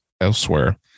elsewhere